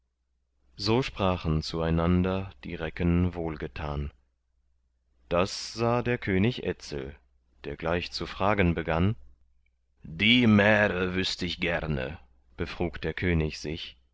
so sprachen zueinander die recken wohlgetan das sah der könig etzel der gleich zu fragen begann die märe wüßt ich gerne befrug der könig sich